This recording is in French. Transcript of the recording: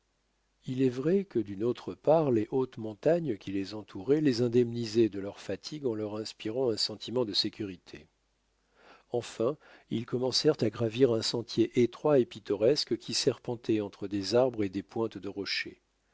il est vrai que d'une autre part les hautes montagnes qui les entouraient les indemnisaient de leurs fatigues en leur inspirant un sentiment de sécurité enfin ils commencèrent à gravir un sentier étroit et pittoresque qui serpentait entre des arbres et des pointes de rochers